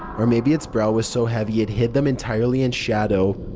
or maybe its brow was so heavy it hid them entirely in shadow.